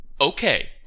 okay